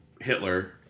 Hitler